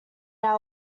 cried